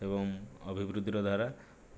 ଏବଂ ଅଭିବୃଦ୍ଧି ର ଧାରା